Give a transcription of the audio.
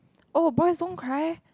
oh boys don't cry